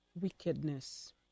Wickedness